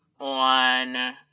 on